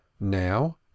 Now